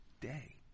day